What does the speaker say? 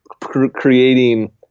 creating